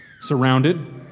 surrounded